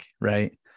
right